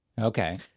Okay